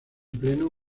pleno